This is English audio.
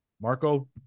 Marco